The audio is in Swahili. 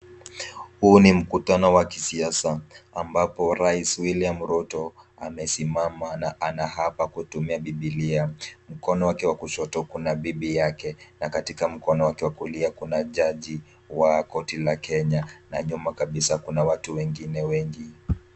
Huu ni mkutano wa kisiasa ambapo Rais William Ruto amesimama na ana apa kutumia Biblia. Mkono wake wa kushoto kuna bibi yake na katika mkono wake wa kulia kuna jaji wa koti la Kenya. Na nyuma kabisa kuna watu wengine wengi.